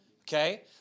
okay